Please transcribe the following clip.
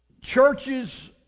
Churches